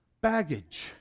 baggage